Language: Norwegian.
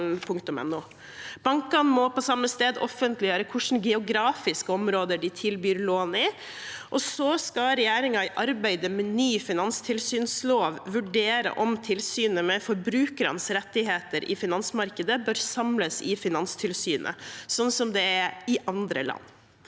Bankene må på samme sted offentliggjøre hvilke geografiske områder de tilbyr lån i. Så skal regjeringen i arbeidet med ny finanstilsynslov vurdere om tilsynet med forbrukernes rettigheter i finansmarkedet bør samles i Finanstilsynet, sånn det er i andre land.